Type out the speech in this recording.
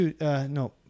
No